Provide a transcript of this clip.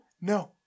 No